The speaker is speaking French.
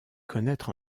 connaître